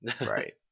Right